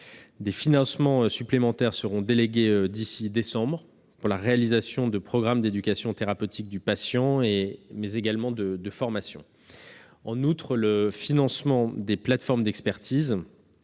Des financements supplémentaires seront délégués d'ici à décembre prochain pour la réalisation de programmes d'éducation thérapeutique du patient, mais également de formation. En outre, le financement des plateformes d'expertise-